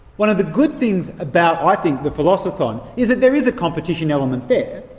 one of the good things about, i think, the philosothon, is that there is a competition element there.